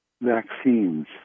vaccines